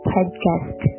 Podcast